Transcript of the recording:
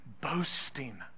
boasting